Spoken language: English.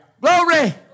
Glory